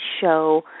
show